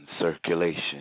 circulation